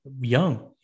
young